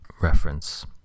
reference